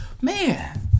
Man